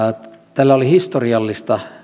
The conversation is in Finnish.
tällä oli historiallista